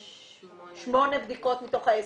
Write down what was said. עשינו 8 בדיקות מתוך ה-10.